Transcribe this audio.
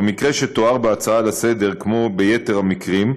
במקרה שתואר בהצעה לסדר-היום, כמו ביתר המקרים,